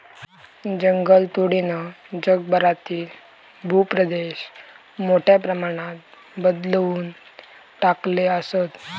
जंगलतोडीनं जगभरातील भूप्रदेश मोठ्या प्रमाणात बदलवून टाकले आसत